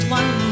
one